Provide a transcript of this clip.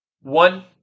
one